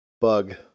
Bug